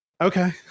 Okay